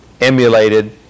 emulated